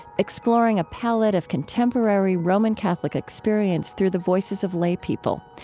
exploring a palette of contemporary roman catholic experience through the voices of lay people.